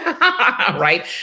right